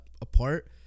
apart